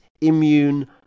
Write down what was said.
immune